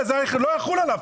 זה לא יחול עליו.